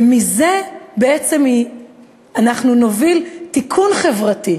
ומזה בעצם אנחנו נוביל תיקון חברתי.